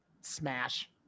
smash